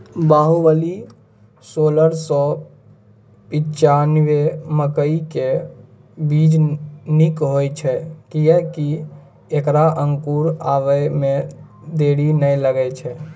बाहुबली सोलह सौ पिच्छान्यबे मकई के बीज निक होई छै किये की ऐकरा अंकुर आबै मे देरी नैय लागै छै?